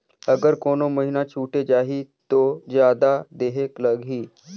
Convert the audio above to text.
अगर कोनो महीना छुटे जाही तो जादा देहेक लगही?